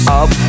up